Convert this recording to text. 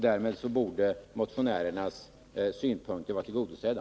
Därmed borde motionärernas krav vara tillgodosedda.